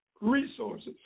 resources